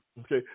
okay